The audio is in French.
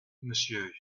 monsieur